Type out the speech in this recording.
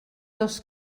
dos